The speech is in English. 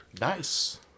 Nice